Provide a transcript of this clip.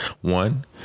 one